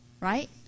right